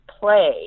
play